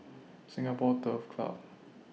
Singapore Turf Club